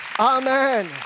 Amen